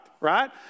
right